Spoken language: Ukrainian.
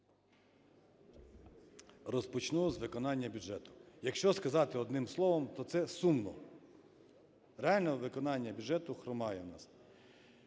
Розпочну з виконання бюджету. Якщо сказати одним словом, то це сумно. Реально виконання бюджету "хромає" у нас.